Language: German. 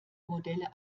modelle